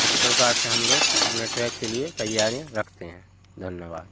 इस परकार से हम लोग अपने ट्रैक के लिए तैयारियाँ रखते हैं धन्यवाद